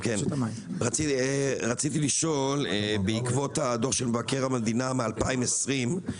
רציתי לשאול בעקבות הדוח של מבקר המדינה מ- 2020,